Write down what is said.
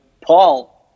Paul